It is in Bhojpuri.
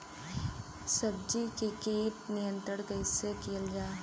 सब्जियों से कीट नियंत्रण कइसे कियल जा?